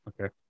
okay